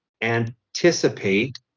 anticipate